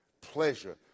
pleasure